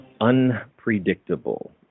unpredictable